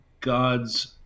God's